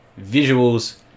visuals